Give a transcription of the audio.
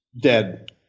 Dead